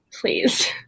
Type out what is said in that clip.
please